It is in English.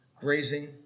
grazing